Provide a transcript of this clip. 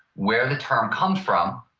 where the term comes from,